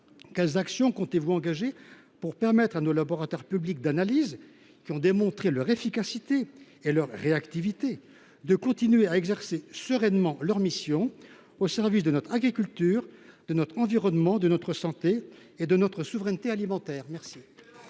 quelles actions comptez vous engager pour permettre à nos laboratoires publics d’analyses, qui ont démontré leur efficacité et leur réactivité, de continuer d’exercer sereinement leurs missions au service de notre agriculture, de notre environnement, de notre santé et de notre souveraineté alimentaire ?